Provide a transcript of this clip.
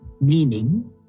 Meaning